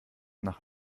nach